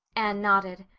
anne nodded.